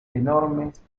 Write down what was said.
enormes